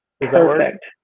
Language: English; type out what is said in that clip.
Perfect